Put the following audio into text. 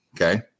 Okay